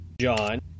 John